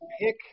pick